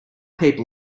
people